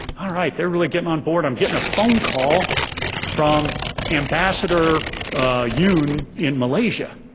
alright, they're really getting on board, i'm getting a phone call from ambassador yun in malaysia.